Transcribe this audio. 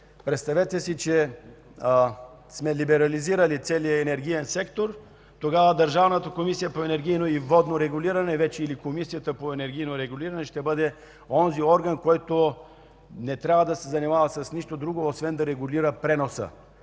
Представете си, че сме либерализирали целия енергиен сектор. Тогава Държавната комисия по енергийно и водно регулиране или вече Комисията по енергийно регулиране ще бъде онзи орган, който не трябва да се занимава с нищо друго освен да регулира преноса,